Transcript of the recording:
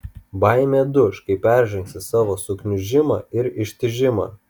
baimė duš kai peržengsi savo sukiužimą ir ištižimą